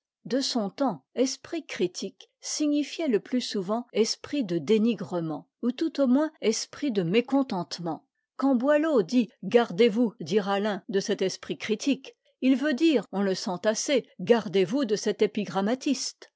de son temps esprit critique signifiait le plus souvent esprit de dénigrement ou tout au moins esprit de mécontentement quand boileau dit gardez-vous dira l'un de cet esprit critique il veut dire on le sent assez gardez-vous de cet